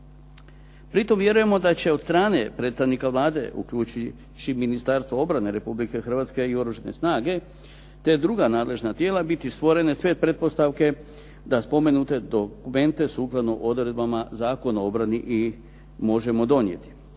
Pri tome vjerujemo da će od strane predstavnika Vlade uključujući i Ministarstvo obrane Republike Hrvatske i Oružane snage, te druga nadležna tijela biti stvorene sve pretpostavke da spomenute dokumente sukladno odredbama Zakona o obrani i možemo donijeti.